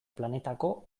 planetako